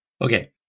Okay